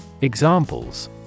Examples